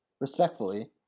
Respectfully